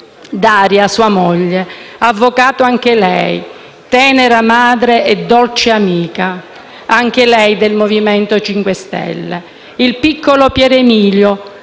Daria, sua moglie, avvocato anche lei, tenera madre e dolce amica, anche lei del MoVimento 5 Stelle. Il piccolo Pier Emilio